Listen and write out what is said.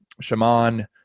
Shaman